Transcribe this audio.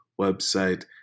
website